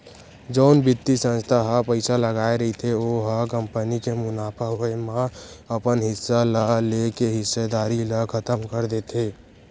जउन बित्तीय संस्था ह पइसा लगाय रहिथे ओ ह कंपनी के मुनाफा होए म अपन हिस्सा ल लेके हिस्सेदारी ल खतम कर देथे